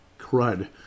crud